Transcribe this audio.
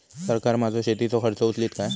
सरकार माझो शेतीचो खर्च उचलीत काय?